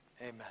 amen